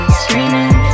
screaming